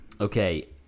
Okay